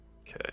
Okay